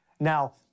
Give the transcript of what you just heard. now